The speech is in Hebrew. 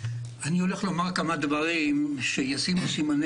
אני הולך לומר כמה דברים שישימו סימני